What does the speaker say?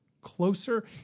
closer